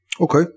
Okay